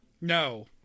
no